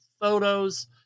photos